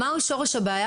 מה שורש הבעיה?